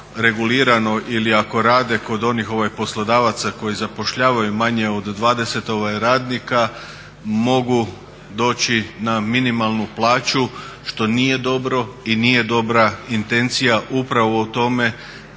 regulirano ili ako rade kod onih poslodavaca koji zapošljavaju manje od 20 radnika mogu doći na minimalnu plaću, što nije dobro i nije dobra intencija upravo u tome